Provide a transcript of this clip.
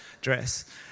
dress